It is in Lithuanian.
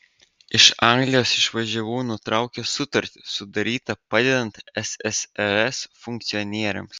iš anglijos išvažiavau nutraukęs sutartį sudarytą padedant ssrs funkcionieriams